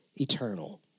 eternal